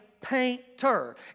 painter